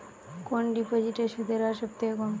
কোন ডিপোজিটে সুদের হার সবথেকে কম?